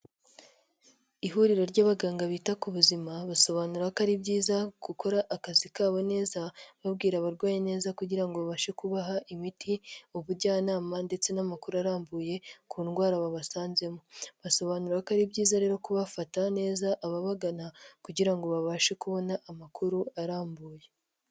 Ihuriro ry'abaganga bita ku buzima basobanura ko ari byiza gukora akazi kabo neza, babwira abarwayi neza kugira ngo babashe kubaha imiti, ubujyanama ndetse n'amakuru arambuye ku ndwara babasanzemo, basobanura ko ari byiza rero kuba bafata neza ababagana kugira ngo babashe kubona amakuru arambuye.